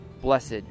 Blessed